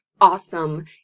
Awesome